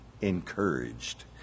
encouraged